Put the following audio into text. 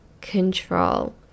control